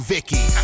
Vicky